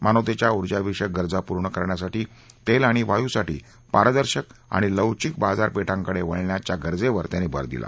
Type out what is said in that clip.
मानवतेच्या ऊर्जाविषयक गरजा पूर्ण करण्यासाठी तेल आणि वायूसाठी पारदर्शक आणि लवचिक बाजारपेठांकडे वळण्याच्या गरजेवर त्यांनी भर दिला